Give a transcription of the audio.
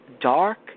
dark